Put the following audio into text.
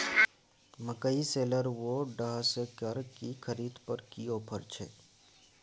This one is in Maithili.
मकई शेलर व डहसकेर की खरीद पर की ऑफर छै?